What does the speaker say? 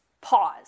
Pause